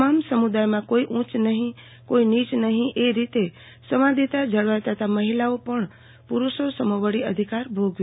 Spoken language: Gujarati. તમામ સમુદાયમાં કોઇ ઉંચ નહીં ને કોઇ નીચ નહીં એ રીતે સંવાદિતા જળવાય તથા મહિલાઓ પણ પુરૂષો સમોવડી અધિકાર ભોગવે